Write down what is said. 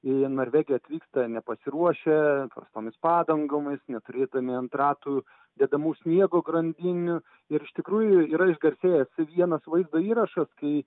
į norvegiją atvyksta nepasiruošę prastomis padangomis neturėdami ant ratų dedamų sniego grandinių ir iš tikrųjų yra išgarsėjęs vienas vaizdo įrašas kai